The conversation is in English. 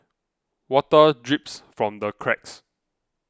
water drips from the cracks